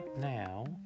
now